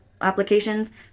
applications